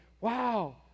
wow